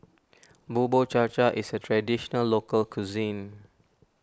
Bubur Cha Cha is a Traditional Local Cuisine